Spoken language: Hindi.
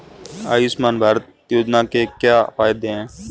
आयुष्मान भारत योजना के क्या फायदे हैं?